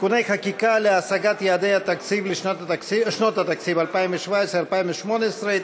(תיקוני חקיקה להשגת יעדי התקציב לשנות 2017 ו-2018),